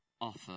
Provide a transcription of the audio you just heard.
offer